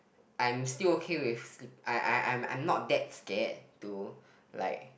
I'm still okay with sleep I I I'm not that scared to like